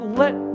let